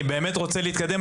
אני באמת רוצה להתקדם.